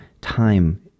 time